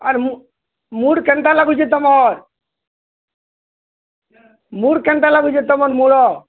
ଆର୍ mood କେନ୍ତା ଲାଗୁଛେ ତମର୍ ମୁଡ଼୍ କେନ୍ତା ଲାଗୁଛେ ତମର୍ ମୋଡ଼